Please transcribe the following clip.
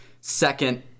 second